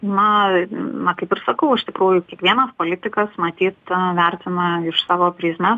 na na kaip ir sakau iš tikrųjų kiekvienas politikas matyt tą vertina iš savo prizmės